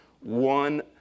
one